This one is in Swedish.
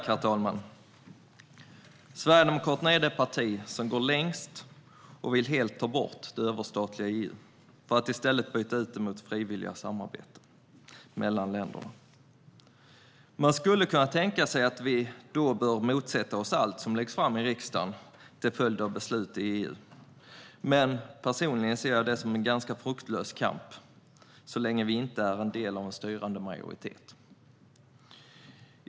Herr talman! Sverigedemokraterna är det parti som går längst och vill helt ta bort det överstatliga EU för att i stället ha frivilliga samarbeten mellan länderna. Man skulle tänka sig att vi då bör motsätta oss allt som läggs fram i riksdagen till följd av beslut i EU. Men personligen ser jag det som en ganska fruktlös kamp så länge vi inte är en del av en styrande majoritet.